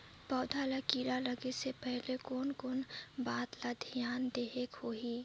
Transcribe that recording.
पौध ला कीरा लगे से पहले कोन कोन बात ला धियान देहेक होही?